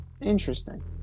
Interesting